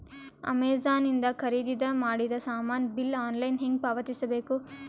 Amazon ಇಂದ ಖರೀದಿದ ಮಾಡಿದ ಸಾಮಾನ ಬಿಲ್ ಆನ್ಲೈನ್ ಹೆಂಗ್ ಪಾವತಿಸ ಬೇಕು?